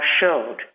showed